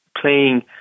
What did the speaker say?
playing